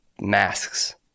masks